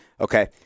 Okay